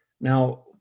Now